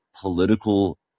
political